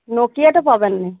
নোকিয়াটা পাবেন না